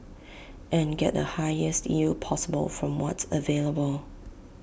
and get the highest yield possible from what's available